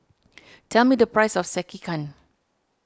tell me the price of Sekihan